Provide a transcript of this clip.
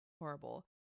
horrible